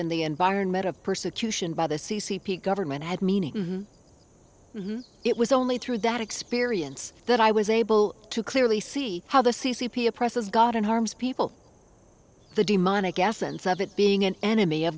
in the environment of persecution by the c c p government had meaning it was only through that experience that i was able to clearly see how the c c p oppressors got in harms people the demonic essence of it being an enemy of